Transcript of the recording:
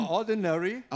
ordinary